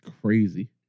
crazy